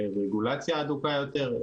ברגולציה הדוקה יותר.